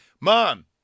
Mom